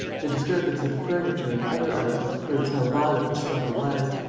the disturbance of the furniture and other articles proves how violent the struggle was.